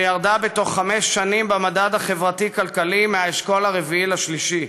וירדה בתוך חמש שנים במדד החברתי-כלכלי מהאשכול הרביעי לשלישי.